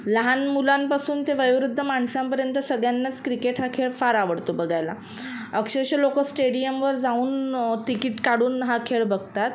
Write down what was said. लहान मुलांपासून ते वयोवृद्ध माणसांपर्यंत सगळ्यांनाच क्रिकेट हा खेळ फार आवडतो बघायला अक्षरश लोकं स्टेडियमवर जाऊन तिकीट काढून हा खेळ बघतात